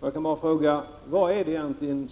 Man kan bara fråga: Vad är det egentligen